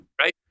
right